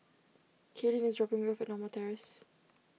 Kaitlyn is dropping me off Norma Terrace